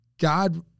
God